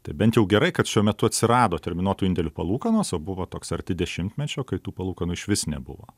tai bent jau gerai kad šiuo metu atsirado terminuotų indėlių palūkanos o buvo toks arti dešimtmečio kai tų palūkanų išvis nebuvo